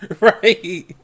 Right